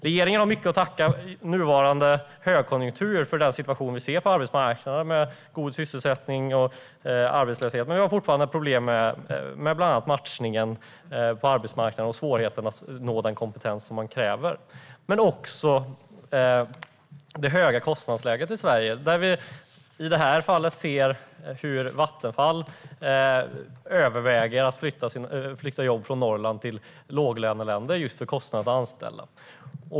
Regeringen har mycket att tacka nuvarande högkonjunktur för i den situation vi ser på arbetsmarknaden med god sysselsättning och arbetslöshet. Men vi har fortfarande problem med bland annat matchningen på arbetsmarknaden, svårigheten att nå den kompetens som man kräver men också det höga kostnadsläget i Sverige. Vi ser i det här fallet hur Vattenfall överväger att flytta jobb från Norrland till låglöneländer just för kostnaden att anställa.